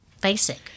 basic